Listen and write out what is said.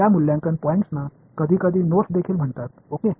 या मूल्यांकन पॉईंट्सना कधीकधी नोड्स देखील म्हणतात ओके